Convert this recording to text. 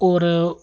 होर